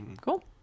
Cool